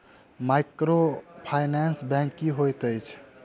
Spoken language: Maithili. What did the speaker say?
माइक्रोफाइनेंस बैंक की होइत अछि?